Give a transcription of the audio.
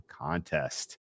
Contest